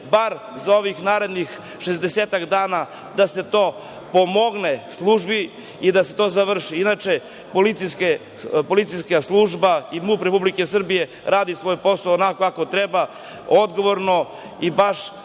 bar za ovih narednih šezdesetak dana da se pomogne službi da se to završi. Inače, policijska služba i MUP Republike Srbije rade svoj posao kako treba, odgovorno i baš